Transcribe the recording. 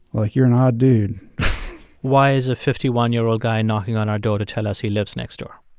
like, you're an odd dude why is a fifty one year old guy knocking on our door to tell us he lives next door?